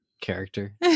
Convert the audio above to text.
character